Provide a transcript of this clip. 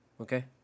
Okay